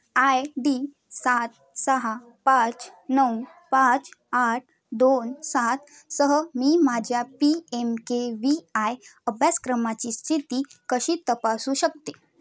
I D सात सहा पाच नऊ पाच आठ दोन सात सह मी माझ्या P M K V I अभ्यासक्रमाची स्थिती कशी तपासू शकते